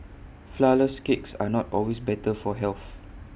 Flourless Cakes are not always better for health